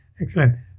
Excellent